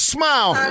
Smile